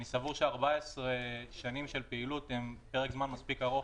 אני סבור ש-14 שנים של פעילות הם פרק זמן מספיק ארוך